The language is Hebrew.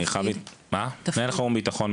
מנהל תחום ביטחון,